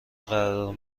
قرار